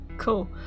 cool